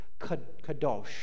kadosh